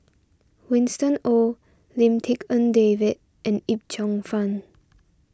Winston Oh Lim Tik En David and Yip Cheong Fun